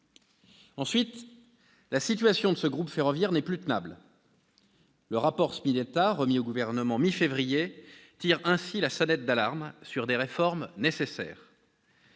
Ensuite, la situation de ce groupe ferroviaire n'est plus tenable. Le rapport Spinetta, remis au Gouvernement mi-février, tire la sonnette d'alarme sur des réformes nécessaires